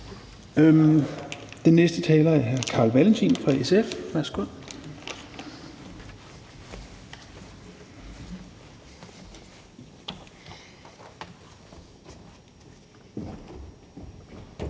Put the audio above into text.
Den næste taler er hr. Carl Valentin fra SF. Værsgo.